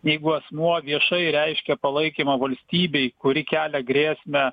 jeigu asmuo viešai reiškia palaikymą valstybei kuri kelia grėsmę